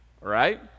right